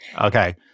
Okay